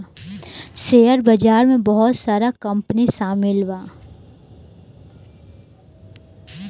share बाजार में बहुत सारा कंपनी शामिल बा